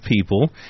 people